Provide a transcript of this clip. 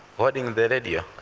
holding the radio.